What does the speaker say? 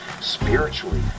spiritually